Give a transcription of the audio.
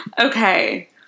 Okay